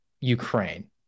ukraine